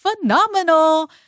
phenomenal